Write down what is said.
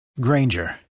granger